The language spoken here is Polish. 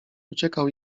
uciekał